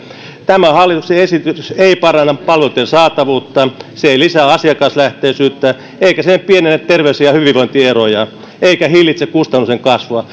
tämä hallituksen esitys ei paranna palveluitten saatavuutta se ei lisää asiakaslähtöisyyttä eikä se pienennä terveys ja hyvinvointieroja eikä hillitse kustannusten kasvua